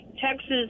texas